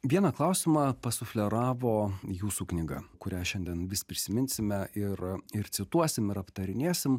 vieną klausimą pasufleravo jūsų knyga kurią šiandien vis prisiminsime ir ir cituosim ir aptarinėsim